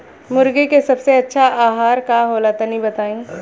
मुर्गी के सबसे अच्छा आहार का होला तनी बताई?